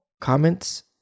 Comments